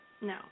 No